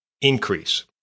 increase